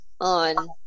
on